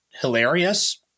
hilarious